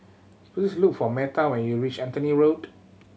please look for Metha when you reach Anthony Road